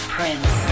Prince